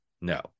No